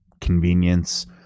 convenience